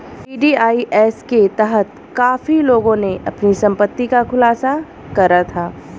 VDIS के तहत काफी लोगों ने अपनी संपत्ति का खुलासा करा था